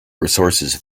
resources